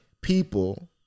people